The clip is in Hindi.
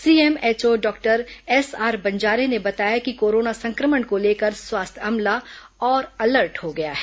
सीएमएचओ डॉक्टर एसआर बंजारे ने बताया कि कोरोना संक्रमण को लेकर स्वास्थ्य अमला और अलर्ट हो गया है